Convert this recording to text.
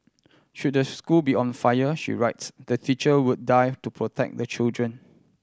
should the school be on fire she writes the teacher would die to protect the children